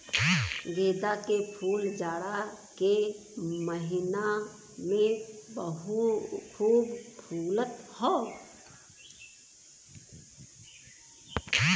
गेंदा के फूल जाड़ा के महिना में खूब फुलत हौ